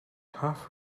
half